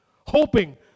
hoping